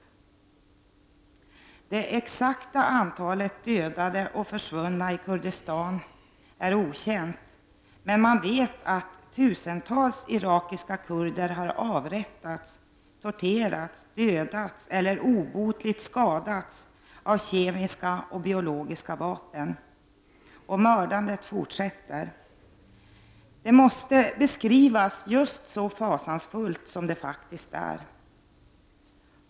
Det exakta antalet dödade och försvunna i Kurdistan är okänt. Men man vet att tusentals irakiska kurder har avrättats, torterats, dödats eller obotligt skadats av kemiska och biologiska vapen. Och mördandet forsätter — det måste beskrivas just så fasanfullt som det faktiskt är.